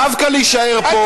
דווקא לא לצאת.